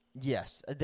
Yes